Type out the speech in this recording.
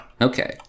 Okay